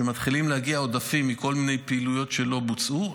כשמתחילים להגיע עודפים מכל מיני פעילויות שלא בוצעו,